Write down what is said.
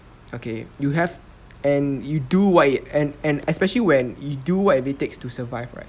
okay you have and you do what it and and especially when you do whatever it takes to survive right